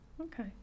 Okay